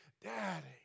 Daddy